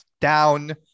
down